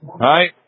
Right